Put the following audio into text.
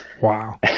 Wow